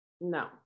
no